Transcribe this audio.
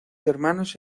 hermanos